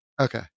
Okay